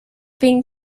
being